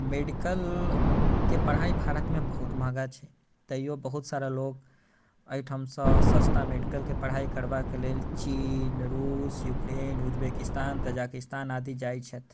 मेडिकलके पढ़ाइ भारतमे बहुत महँगा छै तैयो बहुत सारा लोग अहिठामसँ सस्ता मेडिकलके पढ़ाइ करबाक लेल चीन रुस यूक्रेन उज्बेकिस्तान कजाकिस्तान आदि जाइत छथि